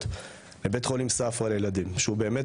לבית חולים ספרא לילדים שהוא באמת,